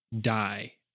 die